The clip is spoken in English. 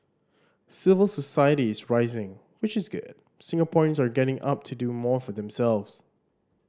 civil society is rising which is good Singaporeans are getting up to do more for themselves